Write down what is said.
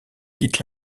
quitte